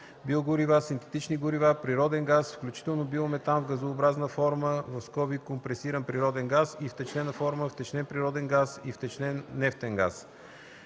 биогорива, синтетични горива, природен газ, включително биометан, в газообразна форма (компресиран природен газ) и втечнена форма (втечнен природен газ и втечнен нефтен газ).